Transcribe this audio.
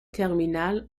terminal